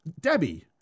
Debbie